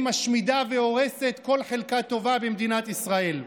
משמידה והורסת כל חלקה טובה במדינת ישראל.